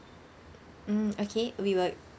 mm okay we will